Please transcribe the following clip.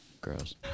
Gross